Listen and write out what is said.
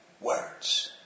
words